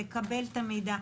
לקבל את המידע,